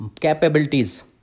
capabilities